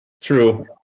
true